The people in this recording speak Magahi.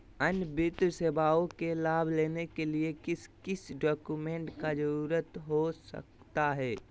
अन्य वित्तीय सेवाओं के लाभ लेने के लिए किस किस डॉक्यूमेंट का जरूरत हो सकता है?